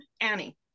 Annie